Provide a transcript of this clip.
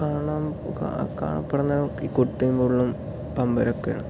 കാണാൻ കാണപ്പെടുന്ന കുറ്റിയും കോലും പമ്പരമൊക്കെയാണ്